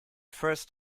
first